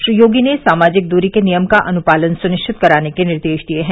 श्री योगी ने सामाजिक दूरी के नियम का अनुपालन सुनिश्चित कराने के निर्देश दिए हैं